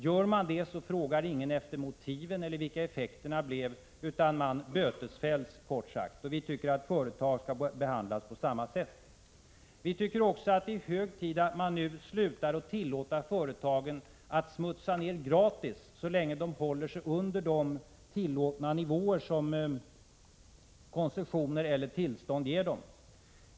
Gör man det, frågar ingen efter motiven eller vilka effekterna blev, utan man bötfälls kort sagt. Vi tycker att företag skall behandlas på samma sätt. Vi anser också att det är hög tid att man nu slutar att tillåta företagen att smutsa ner gratis så länge de håller sig under de tillåtna nivåer som koncessioner eller tillstånd ger dem.